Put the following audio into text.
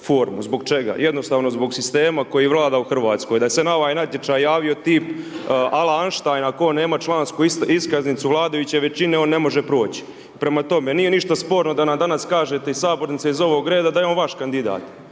Zbog čega? Jednostavno zbog sistema koji vlada u Hrvatskoj. Da se na ovaj natječaj javio tip ala Einsteina, ako nema člansku iskaznicu vladajuće većine on ne može proći. Prema tome, nije ništa sporno da nam danas kažete iz sabornice iz ovog reda da je on vaš kandidat,